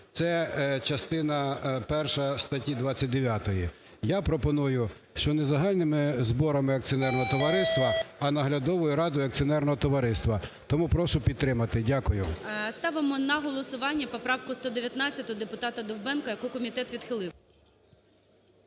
це частина перша статті 29. Я пропоную, що не загальними зборами акціонерного товариства, а наглядовою радою акціонерного товариства, тому прошу підтримати. Дякую. ГОЛОВУЮЧИЙ. Ставимо на голосування поправку 119 депутатаДовбенка, яку комітет відхилив.